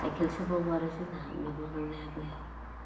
सायखेलसोबाव आरो जोंना मैगं लांनायाबो